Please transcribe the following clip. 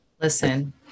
Listen